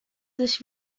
sich